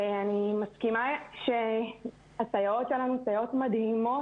אני מסכימה שהסייעות שלנו הן סייעות מדהימות